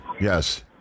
Yes